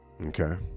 Okay